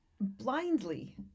blindly